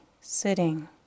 sitting